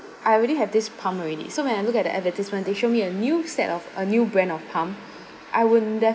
I already have this pump already so when I look at the advertisement they show me a new set of a new brand of pump I will